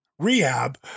rehab